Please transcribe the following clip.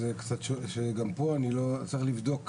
שגם פה אני צריך לבדוק.